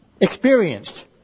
experienced